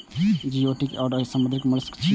geoduck एक तरह समुद्री मोलस्क छियै